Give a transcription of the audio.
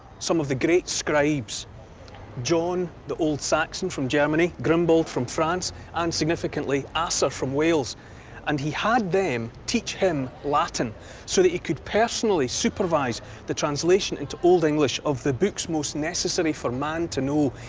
some of the great scribes john, the old saxon, from germany, grimbald from france and, significantly, asser from wales and he had them teach him latin so that he could personally supervise the translation into old english of the books most necessary for man to know.